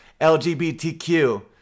LGBTQ